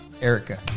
Erica